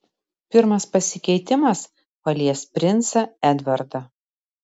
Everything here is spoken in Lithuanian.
pirmas pasikeitimas palies princą edvardą